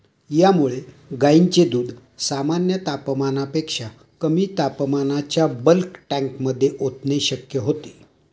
यामुळे गायींचे दूध सामान्य तापमानापेक्षा कमी तापमानाच्या बल्क टँकमध्ये ओतणे शक्य होते